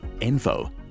info